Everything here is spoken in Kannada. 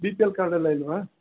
ಬಿ ಪಿ ಎಲ್ ಕಾರ್ಡ್ ಎಲ್ಲ ಇಲ್ಲವಾ